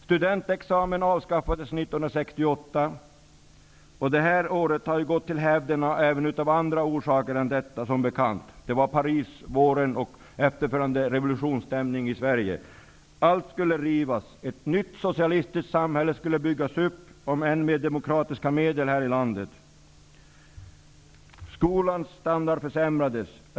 Studentexamenen avskaffades 1968. Det året har som bekant gått till hävderna även av andra orsaker. Då inträffade Parisvåren och efterföljande revolutionsstämning i Sverige. Allt skulle rivas och ett nytt socialistiskt samhälle skulle byggas upp här i landet, om än med demokratiska medel. Skolans standard försämrades.